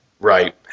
Right